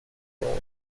themes